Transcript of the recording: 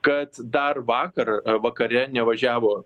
kad dar vakar vakare nevažiavo